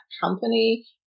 company